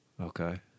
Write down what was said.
Okay